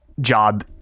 job